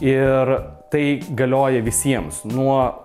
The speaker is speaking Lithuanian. ir tai galioja visiems nuo